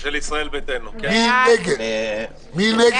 מי בעד, מי נגד.